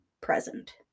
present